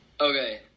Okay